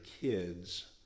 kids